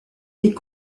est